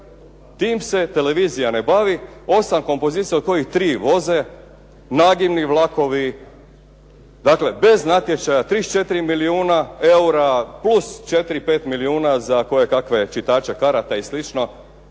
tim se televizija ne bavi. Osam kompozicija od kojih tri voze. Nagibni vlakovi. Dakle, bez natječaja 34 milijuna eura, plus 4,5 milijuna za koje kakve čitače karata i